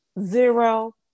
Zero